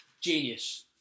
genius